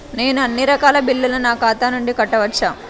నేను అన్నీ రకాల బిల్లులను నా ఖాతా నుండి కట్టవచ్చా?